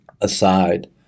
aside